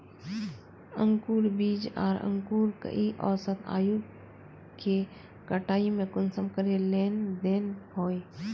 अंकूर बीज आर अंकूर कई औसत आयु के कटाई में कुंसम करे लेन देन होए?